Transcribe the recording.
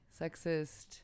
sexist